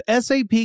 SAP